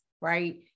right